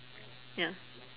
ya